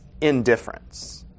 indifference